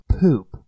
poop